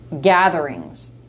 gatherings